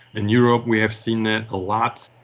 in europe we have seen that a lot.